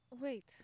Wait